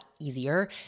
easier